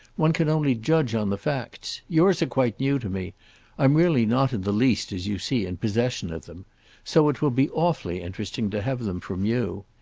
one can only judge on the facts. yours are quite new to me i'm really not in the least, as you see, in possession of them so it will be awfully interesting to have them from you.